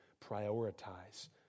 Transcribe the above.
prioritize